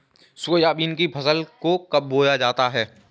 Soybean की फसल को कब बोया जाता है?